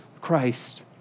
Christ